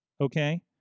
Okay